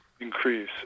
increase